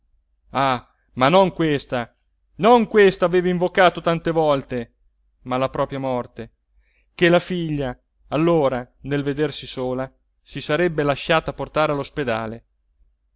ah ma non questa non questa aveva invocata tante volte ma la propria morte ché la figlia allora nel vedersi sola si sarebbe lasciata portare